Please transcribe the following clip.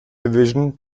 division